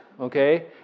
okay